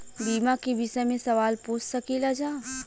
बीमा के विषय मे सवाल पूछ सकीलाजा?